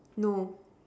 no